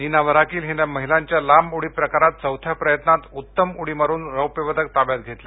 नीना वराकील हिनं महिलांच्या लांब उडी प्रकारात चौथ्या प्रयत्नात उत्तम उडी मारुन रौप्य पदक ताब्यात घेतलं